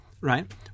right